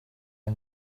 yng